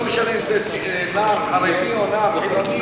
לא משנה אם זה נער חילוני או נער חרדי,